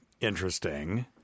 interesting